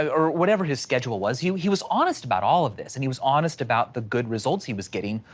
ah or whatever his schedule was, yeah he was honest about all of this, and he was honest about the good results he was getting.